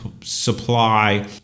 supply